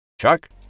Chuck